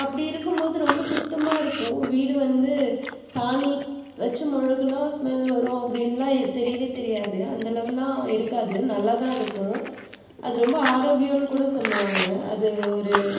அப்படி இருக்கும்போது ரொம்ப சுத்தமாக இருக்கும் வீடு வந்து சாணி வச்சு மொழுகுனா ஸ்மெல் வரும் அப்படின்லாம் தெரியவே தெரியாது அந்தளவுலாம் இருக்காது நல்லா தான் இருக்கும் அது ரொம்ப ஆரோக்கியம்னு கூட சொல்லுவாங்க அது ஒரு